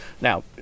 now